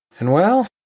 and well,